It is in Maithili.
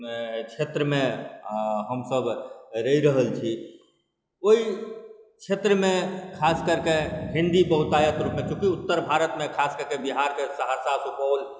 क्षेत्रमे हमसब रहि रहल छी ओहि क्षेत्रमे खासकऽके हिन्दी बहुतायत रूपमे चूँकि उत्तर भारतमे खासकऽके बिहारके सहरसा सुपौल